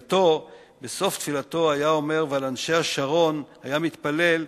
בסוף תפילתו היה אומר: "ועל אנשי השרון" היה מתפלל,